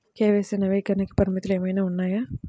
KYC నవీకరణకి పరిమితులు ఏమన్నా ఉన్నాయా?